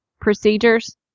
procedures